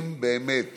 אם באמת